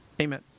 Amen